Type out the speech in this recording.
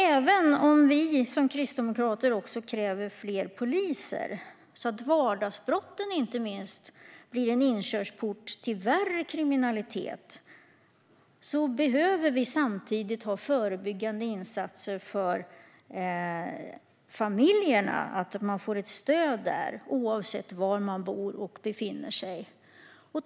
Även om vi kristdemokrater också kräver fler poliser så att inte vardagsbrotten blir en inkörsport till värre kriminalitet behöver vi samtidigt förebyggande insatser för familjerna. De måste få stöd, oavsett var de bor och befinner sig.